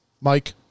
Mike